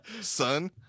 son